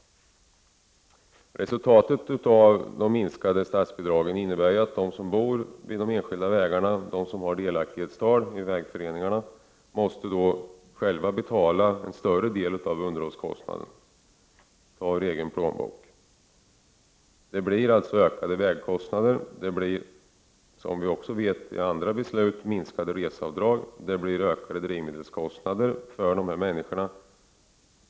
Resultatet av de minskade statsbidragen innebär att de som bor vid de enskilda vägarna, de som har delaktighetstal i vägföreningarna, själva måste betala en större del av underhållskostnaden ur egen plånbok. Det blir alltså ökade vägkostnader. Det blir som vi vet av andra beslut minskade reseavdrag, och det blir ökade drivmedelskostnader för dessa människor.